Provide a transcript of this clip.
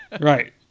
right